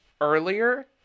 earlier